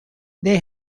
they